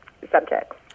subjects